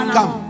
Come